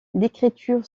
l’écriture